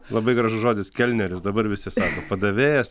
labai gražus žodis kelneris dabar visi sako padavėjas